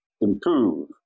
improve